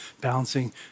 Balancing